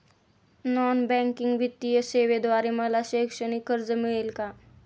Non banking वित्तीय सेवेद्वारे मला शैक्षणिक कर्ज मिळेल का?